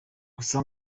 gusa